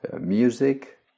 music